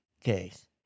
case